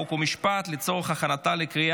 חוק ומשפט נתקבלה.